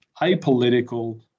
apolitical